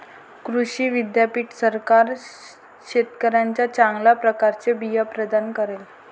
कृषी विद्यापीठ सरकार शेतकऱ्यांना चांगल्या प्रकारचे बिया प्रदान करेल